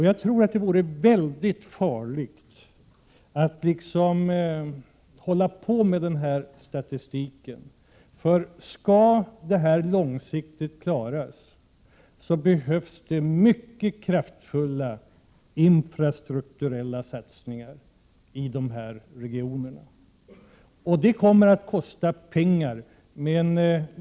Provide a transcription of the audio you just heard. Jag tror att det vore väldigt farligt att bara se på statistiken, för skall problemet på sikt klaras behövs mycket kraftfulla infrastrukturella satsningar i dessa regioner. Men det kommer att kosta pengar.